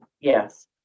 yes